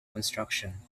construction